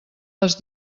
les